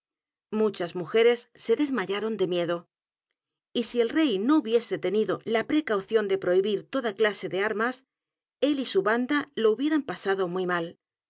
muchas mujeres se desmayaron de miedo y si el rey no hubiese tenido a precaución de prohibir toda clase de a r m a s él y su banda lo hubieran pasado muy mal